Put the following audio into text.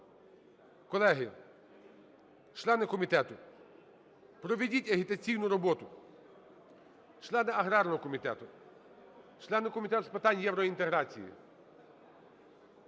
Колеги, члени комітету, проведіть агітаційну роботу. Члени аграрного комітету, члени Комітету з питань євроінтеграції,